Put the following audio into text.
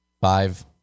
five